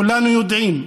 כולנו יודעים,